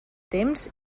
temps